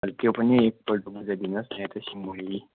त्यो पनि एकपल्ट बुझाइदिनुहोस् यहाँ त सिंहमारी